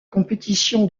compétition